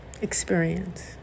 experience